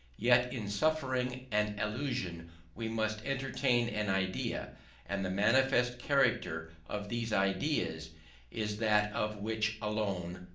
yet in suffering an illusion we must entertain an idea and the manifest character of these ideas is that of which alone,